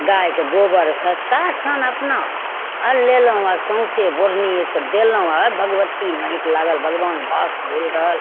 गायके गोबर सस्ता छनि अपना आनि लेलहुँ आओर सौंसे गोरनीयेसँ देलहुँ आओर भगवती नाहैत लागल भगवान बास भेल रहल